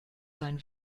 sein